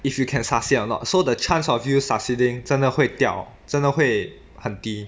if you can succeed or not so the chance of you succeeding 真的会掉真的会很低